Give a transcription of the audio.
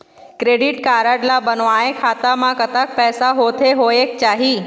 Credit card ला बनवाए खाता मा कतक पैसा होथे होएक चाही?